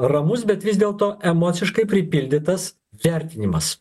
ramus bet vis dėlto emociškai pripildytas vertinimas